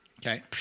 Okay